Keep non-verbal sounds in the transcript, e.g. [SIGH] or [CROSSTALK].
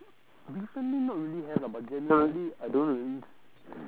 recently not really have lah but generally I don't really s~ [NOISE]